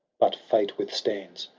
but fate withstands,